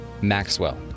maxwell